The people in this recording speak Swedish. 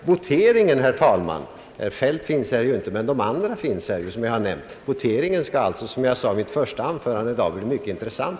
Herr Feldt finns inte här, men de andra som jag har nämnt är här. Voteringen i kammaren skall alltså, som jag sade i mitt första anförande i dag, bli mycket intressant.